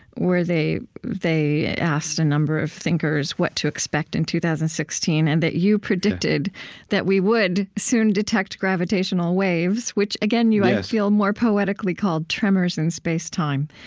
where they they asked a number of thinkers what to expect in two thousand and sixteen and that you predicted that we would soon detect gravitational waves, which again, you, i feel, more poetically called tremors in spacetime.